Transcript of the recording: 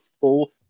full